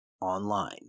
online